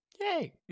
yay